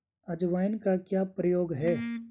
अजवाइन का क्या प्रयोग है?